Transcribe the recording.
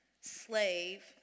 slave